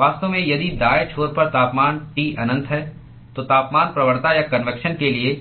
वास्तव में यदि दायें छोर पर तापमान T अनंत है तो तापमान प्रवणता या कन्वेक्शन के लिए